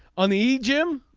on the gym.